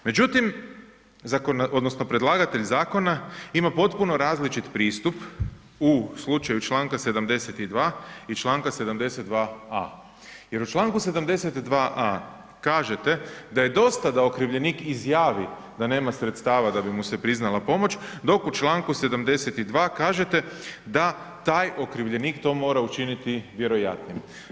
Međutim zakonodavac odnosno predlagatelj zakona ima potpuno različit pristup u slučaju čl. 72. i čl. 72 a) jer u čl. 72 a) kažete da je dosta da okrivljenik izjavi da nema sredstava da bi mu se priznala pomoć dok u čl. 72. kažete da taj okrivljenik to mora učiniti vjerojatnim.